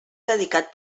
dedicat